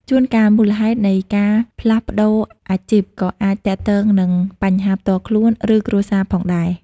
ជួនកាល មូលហេតុនៃការផ្លាស់ប្តូរអាជីពក៏អាចទាក់ទងនឹងបញ្ហាផ្ទាល់ខ្លួន ឬគ្រួសារផងដែរ។